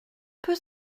peut